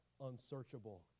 unsearchable